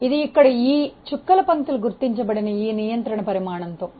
ఇది ఇక్కడ ఈ చుక్కల పంక్తులు గుర్తించబడిన ఈ నియంత్రణ పరిమాణం తో